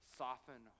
soften